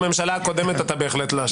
בממשלה הקודמת אתה בהחלט לא אשם.